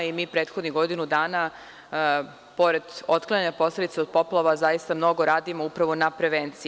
Mi prethodnih godinu dana, pored otklanjanja posledica od poplava, zaista mnogo radimo upravo na prevenciji.